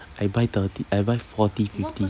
I buy thirty I buy forty fifty